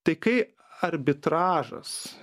tai kai arbitražas